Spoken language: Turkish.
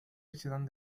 açıdan